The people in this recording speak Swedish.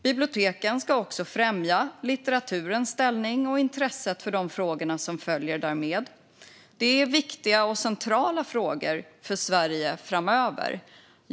Biblioteken ska också främja litteraturens ställning och intresset för de frågor som följer därmed. Det är viktiga och centrala frågor för Sverige framöver.